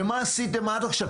מה עשיתם עד עכשיו?